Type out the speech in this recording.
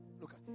Look